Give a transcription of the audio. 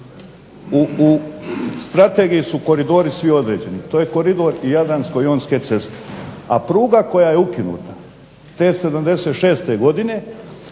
U strategiji su koridori svi određeni, to je koridor jadransko-jonske ceste, a pruga koja je ukinuta te '76. godine